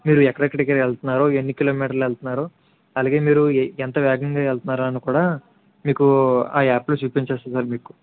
మీరు ఎక్కడెక్కడికి వెళ్తున్నారు ఎన్ని కిలోమీటర్లు వెళ్తున్నారో అలాగే మీరు ఏ ఎంత వేగంగా వెళ్తున్నారో అని కూడా మీకు ఆ యాప్లో చూపించేస్తుంది అండి మీకు